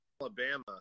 Alabama –